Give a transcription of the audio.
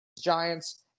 giants